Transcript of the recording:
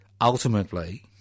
ultimately